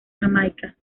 jamaica